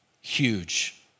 Huge